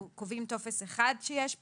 אנחנו קובעים טופס אחד שיש פה,